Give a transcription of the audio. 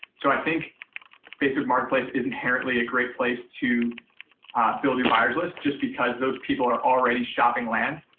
so, i think facebook marketplace is inherently a great place to build your buyers list, just because those people are already shopping land.